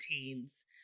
teens